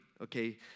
okay